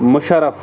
مُشَرَف